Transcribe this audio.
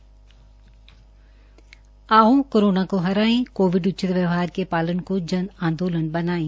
आओ कोरोना को हराए कोविड उचित व्यवहार के पालन को जन आंदोलन बनायें